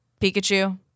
Pikachu